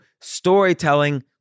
storytelling